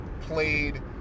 played